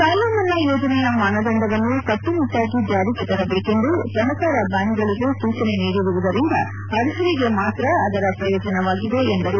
ಸಾಲ ಮನ್ನಾ ಯೋಜನೆಯ ಮಾನದಂಡವನ್ನು ಕಟ್ಟುನಿಟ್ಟಾಗಿ ಜಾರಿಗೆ ತರಬೇಕೆಂದು ಸಹಕಾರ ಬ್ಯಾಂಕುಗಳಿಗೆ ಸೂಚನೆ ನೀಡಿರುವುದರಿಂದ ಅರ್ಹರಿಗೆ ಮಾತ್ರ ಅದರ ಪ್ರಯೋಜನವಾಗಿದೆ ಎಂದರು